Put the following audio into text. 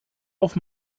auf